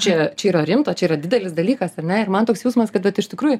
čia čia yra rimta čia yra didelis dalykas ar ne ir man toks jausmas kad vat iš tikrųjų